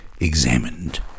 examined